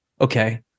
okay